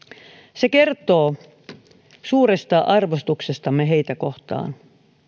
se kertoo suuresta arvostuksestamme heitä kohtaan